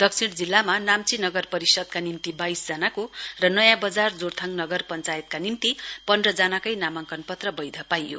दक्षिण जिल्लामा नाम्ची नगर परिषदका निम्ति वाइस जनाको र नयाँ बजार जोरथाङ नगर पञ्चायतका निम्ति पन्ध्र जनाको नामाङ्कन पत्र बैध पाइयो